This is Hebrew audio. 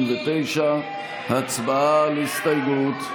59. הצבעה על ההסתייגות.